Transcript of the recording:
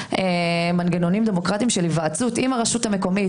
מנגנונים דמוקרטיים של היוועצות עם הרשות המקומית,